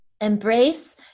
Embrace